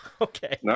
Okay